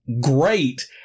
great